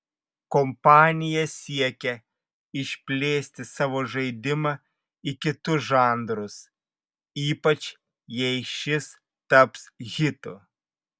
kompanija siekia išplėsti savo žaidimą į kitus žanrus ypač jei šis taps hitu